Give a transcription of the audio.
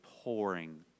pouring